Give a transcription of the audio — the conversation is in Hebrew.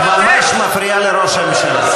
את ממש מפריעה לראש הממשלה.